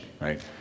right